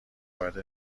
وارد